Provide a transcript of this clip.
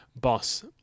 Boss